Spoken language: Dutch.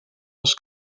als